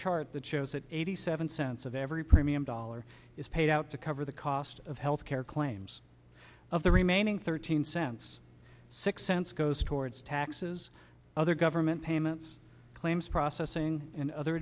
chart that shows that eighty seven cents of every premium dollar is paid out to cover the cost of health care claims of the remaining thirteen cents six cents goes towards taxes other government payments claims processing and other